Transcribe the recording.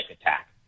attack